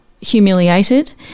humiliated